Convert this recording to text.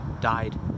died